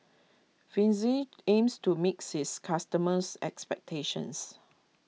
Fizi aims to meet its customers' expectations